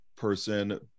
person